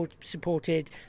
supported